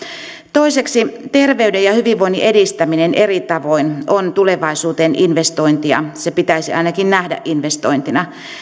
toiseksi terveyden ja hyvinvoinnin edistäminen eri tavoin on tulevaisuuteen investointia se pitäisi ainakin nähdä investointina